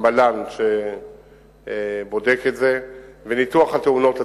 המל"ן, שבודקת את זה, וניתוח התאונות עצמן.